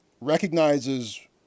recognizes